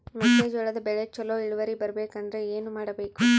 ಮೆಕ್ಕೆಜೋಳದ ಬೆಳೆ ಚೊಲೊ ಇಳುವರಿ ಬರಬೇಕಂದ್ರೆ ಏನು ಮಾಡಬೇಕು?